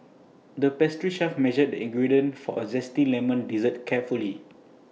the pastry chef measured the ingredients for A Zesty Lemon Dessert carefully